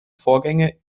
vorgänge